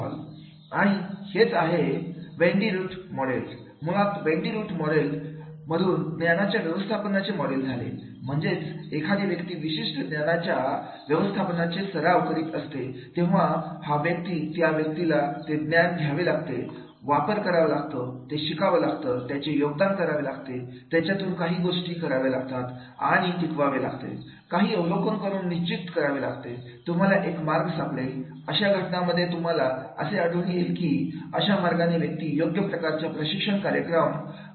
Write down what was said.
आणि हेच आहे वेंडी रुठ मॉडेल मुळात वेंडी रुठ मॉडेल मधून ज्ञानाच्या व्यवस्थापनाचे मॉडेल झाले म्हणजेच एखादी व्यक्ती विशिष्ट ज्ञानाच्या व्यवस्थापनाचे सराव करीत असते तेव्हा हा त्या व्यक्तीला ते ज्ञान घ्यावे लागते वापर करावा लागतो ते शिकावं लागतं त्याचे योगदान करावे लागते त्याच्यातून काही गोष्टी कराव्या लागतात आणि टिकवावे लागतात काही अवलोकन करून निश्चित करावे तुम्हाला एक मार्ग सापडेल अशा घटनांमध्ये तुम्हाला असे आढळून येईल की अशा मार्गाने व्यक्ती योग्य प्रकारच्या प्रशिक्षण कार्यक्रम हम तयार करू शकतात